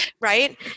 right